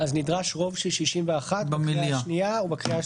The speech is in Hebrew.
מיד יצטרף אלינו גם חבר